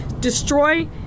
destroy